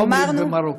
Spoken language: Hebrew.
איך אומרים במרוקאית?